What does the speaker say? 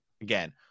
again